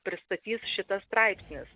pristatys šitas straipsnis